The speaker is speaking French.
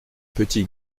petit